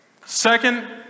Second